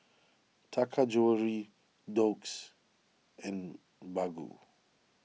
Taka Jewelry Doux and Baggu